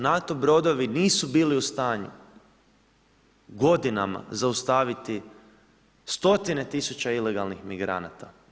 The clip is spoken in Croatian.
NATO brodovi nisu bili u stanju godinama zaustaviti stotine tisuća ilegalnih migranata.